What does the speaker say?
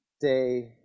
day